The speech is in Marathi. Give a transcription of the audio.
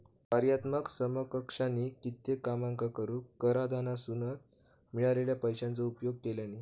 कार्यात्मक समकक्षानी कित्येक कामांका करूक कराधानासून मिळालेल्या पैशाचो उपयोग केल्यानी